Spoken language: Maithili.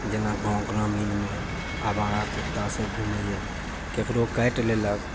जेना गाँव ग्रामीणमे आवारा कुत्ता सब घूमै यऽ केकरो काटि लेलक